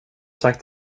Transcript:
sagt